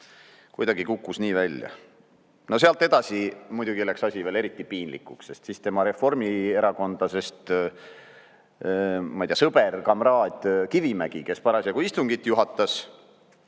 kuidagi kukkus nii välja. Sealt edasi muidugi läks asi veel eriti piinlikuks, sest siis tema reformierakondlasest, ma ei tea, sõber, kamraad Kivimägi, kes parasjagu istungit juhatas,